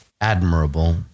admirable